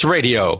Radio